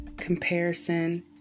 comparison